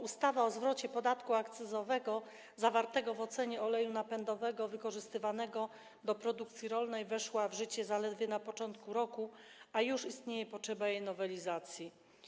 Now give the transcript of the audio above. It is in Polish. Ustawa o zwrocie podatku akcyzowego zawartego w cenie oleju napędowego wykorzystywanego do produkcji rolnej weszła w życie zaledwie na początku roku, a już istnieje potrzeba jej nowelizacji.